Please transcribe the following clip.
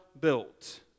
built